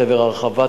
הרחבה,